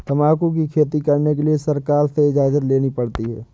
तंबाकू की खेती करने के लिए सरकार से इजाजत लेनी पड़ती है